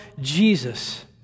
Jesus